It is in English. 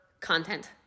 content